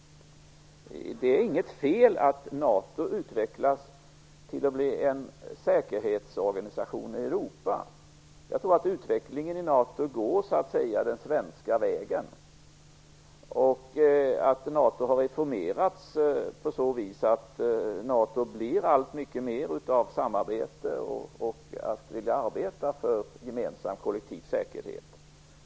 Det är inget fel i att NATO utvecklas till att bli en säkerhetsorganisation i Europa. Jag tror att utvecklingen i NATO så att säga går den svenska vägen och att NATO har reformerats på så vis att NATO står för alltmer av samarbete och vilja att arbeta för gemensam kollektiv säkerhet.